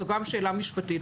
זאת גם שאלה משפטית,